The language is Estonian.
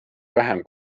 vähem